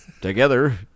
together